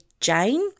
Jane